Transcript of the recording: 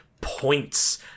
points